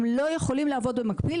הם לא יכולים לעבוד במקביל.